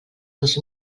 dos